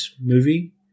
movie